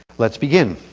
let's begin